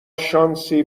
شانسی